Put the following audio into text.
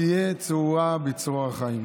תהיה צרורה בצרור החיים.